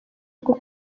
bwo